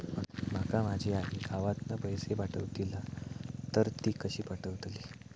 माका माझी आई गावातना पैसे पाठवतीला तर ती कशी पाठवतली?